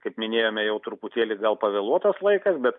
kaip minėjome jau truputėlį gal pavėluotas laikas bet